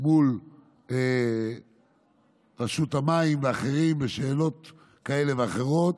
מול רשות המים ואחרים בשאלות כאלה ואחרות.